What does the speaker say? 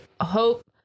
hope